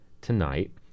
tonight